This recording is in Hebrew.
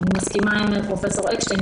אני מסכימה עם פרופ' אקשטיין,